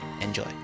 enjoy